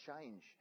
change